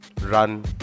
run